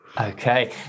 Okay